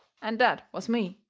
and that was me.